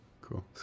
Cool